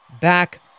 Back